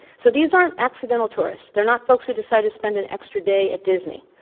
so, these aren't accidental tourists. they're not folks who decide to spend an extra day at disney.